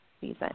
season